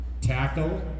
Tackle